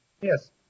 Yes